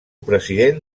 president